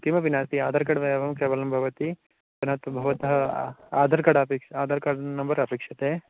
किमपि नास्ति आधार् कार्ड् एव केवलं भवति पुनः तत्र भवतः आ आधार् कार्ड् आपेक्ष् आधार् कार्ड् नम्बर् अपेक्ष्यते